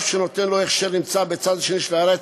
שנותן לו הכשר נמצא בצד השני של הארץ,